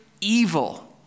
evil